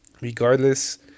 regardless